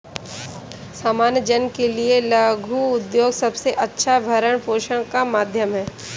सामान्य जन के लिये लघु उद्योग सबसे अच्छा भरण पोषण का माध्यम है